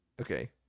Okay